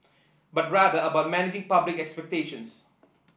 but rather about managing public expectations